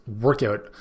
workout